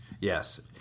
Yes